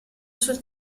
sul